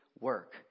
work